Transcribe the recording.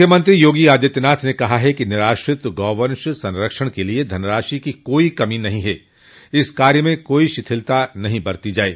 मुख्यमंत्री योगी आदित्यनाथ ने कहा है कि निराश्रित गोवंश संरक्षण के लिए धनराशि की कोई कमी नहीं है इस कार्य में कोई शिथिलता नहीं बरती जाये